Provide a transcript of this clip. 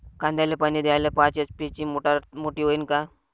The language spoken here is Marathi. कांद्याले पानी द्याले पाच एच.पी ची मोटार मोटी व्हईन का?